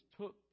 took